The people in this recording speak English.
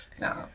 no